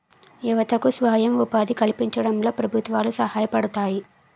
యువతకు స్వయం ఉపాధి కల్పించడంలో ప్రభుత్వాలు సహాయపడతాయి